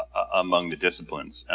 among the disciplines.